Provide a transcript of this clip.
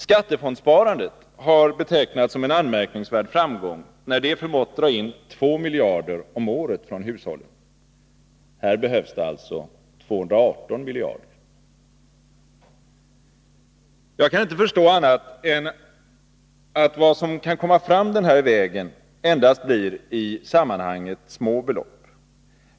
Skattefondssparandet har betecknats som en anmärkningsvärd framgång, när det förmått dra in 2 miljarder om året från hushållen. Här behövs det alltså 218 miljarder! Jag kan inte förstå annat än att vad som kan komma fram den här vägen endast blir i sammanhanget små belopp.